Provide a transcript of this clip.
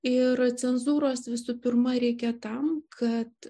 ir cenzūros visų pirma reikia tam kad